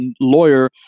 lawyer